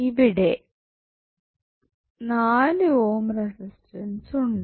ഇവിടെ 4 ohm resistance ഉണ്ട്